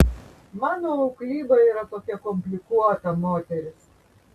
mano auklyba yra tokia komplikuota moteris